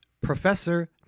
Professor